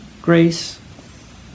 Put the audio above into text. Grace